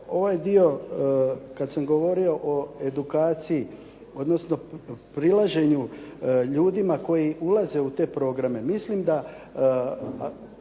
ovaj dio kad sam govorio o edukaciji odnosno prilaženju ljudima koji ulaze u te programe. Mislim da